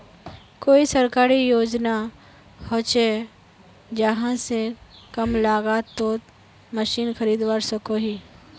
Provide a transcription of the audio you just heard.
कोई सरकारी योजना होचे जहा से कम लागत तोत मशीन खरीदवार सकोहो ही?